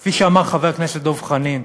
כפי שאמר חבר הכנסת דב חנין,